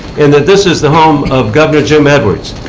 in that this is the home of governor jim edwards.